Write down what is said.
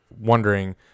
wondering